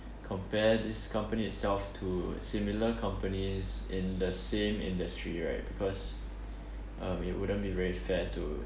compare this company itself to similar companies in the same industry right because uh we wouldn't be very fair to